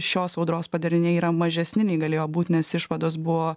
šios audros padariniai yra mažesni nei galėjo būt nes išvados buvo